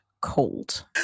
cold